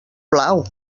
plau